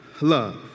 love